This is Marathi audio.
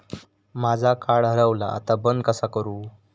माझा कार्ड हरवला आता बंद कसा करू?